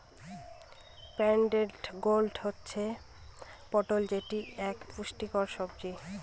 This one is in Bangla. পয়েন্টেড গোর্ড হচ্ছে পটল যেটি এক পুষ্টিকর সবজি